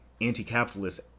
anti-capitalist